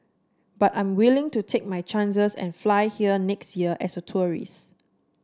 but I'm willing to take my chances and fly here next year as a tourist